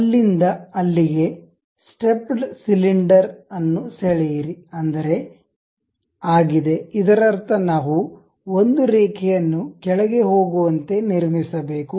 ಅಲ್ಲಿಂದ ಅಲ್ಲಿಗೆ stepped cylinder ಅನ್ನು ಸೆಳೆಯಿರಿ ಅಂದರೆ ಆಗಿದೆ ಇದರರ್ಥ ನಾವು ಒಂದು ರೇಖೆಯನ್ನು ಕೆಳಗೆ ಹೋಗುವಂತೆ ನಿರ್ಮಿಸಬೇಕು